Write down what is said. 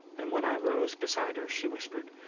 and when i rose beside her, she whispered,